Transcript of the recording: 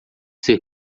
ser